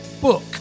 book